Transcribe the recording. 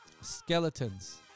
skeletons